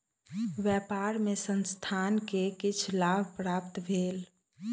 व्यापार मे संस्थान के किछ लाभ प्राप्त भेल